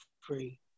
free